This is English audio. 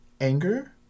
Anger